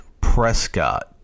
Prescott